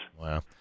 Wow